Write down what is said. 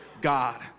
God